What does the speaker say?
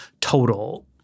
total